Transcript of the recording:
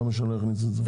למה שאני לא אכניס את זה?